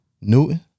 Newton